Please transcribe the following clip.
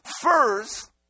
First